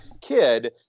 kid